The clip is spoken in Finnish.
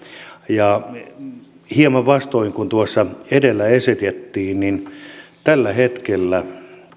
ja hieman vastoin kuin tuossa edellä esitettiin niin tällä hetkellä